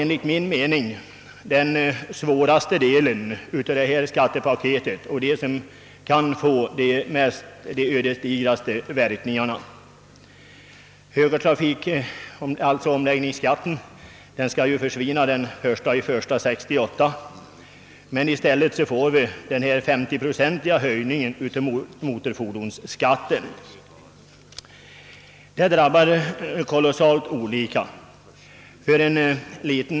Enligt min mening är det i det nya skattepaketet den nya bilskatten som kan få de svåraste verkningarna. Skatten för omläggning till högertrafik skall ju försvinna den 1 januari 1968, men i stället får vi en 50-procentig höjning av motorfordonsskatten. Denna höjning drabbar kolossalt olika.